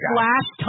Flash